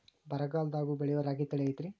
ಬರಗಾಲದಾಗೂ ಬೆಳಿಯೋ ರಾಗಿ ತಳಿ ಐತ್ರಿ?